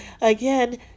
again